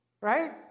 right